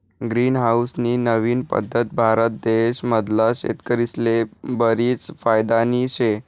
green house नी नवीन पद्धत भारत देश मधला शेतकरीस्ले बरीच फायदानी शे